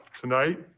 tonight